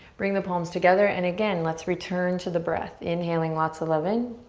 bring the palms together. and again, let's return to the breath. inhaling lots of love in.